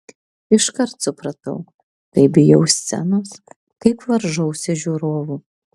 iškart supratau kaip bijau scenos kaip varžausi žiūrovų